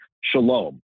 shalom